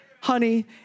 Honey